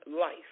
life